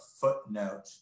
footnote